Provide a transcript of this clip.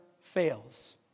fails